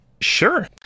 Sure